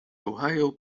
ohio